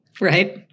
Right